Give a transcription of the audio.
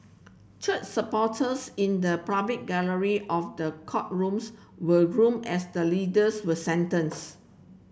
church supporters in the public gallery of the courtrooms were room as the leaders were sentenced